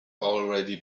already